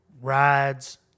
rides